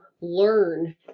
learn